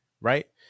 right